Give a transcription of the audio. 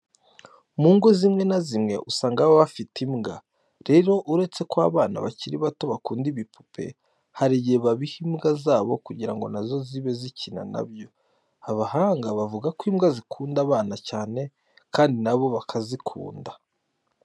Mu ngo zimwe na zimwe usanga baba bafite imbwa. Rero uretse ko abana bakiri bato bakunda ibipupe, hari igihe babiha imbwa zabo kugira ngo na zo zibe zikina na byo. Abahanga bavuga ko imbwa zikunda abana cyane kandi na bo bakazikunda.